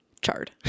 charred